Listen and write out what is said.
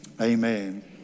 amen